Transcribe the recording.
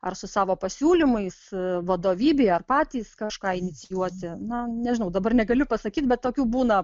ar su savo pasiūlymais vadovybei ar patys kažką inicijuoti na nežinau dabar negaliu pasakyti bet tokių būna